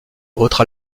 autre